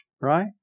right